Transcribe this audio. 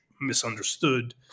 misunderstood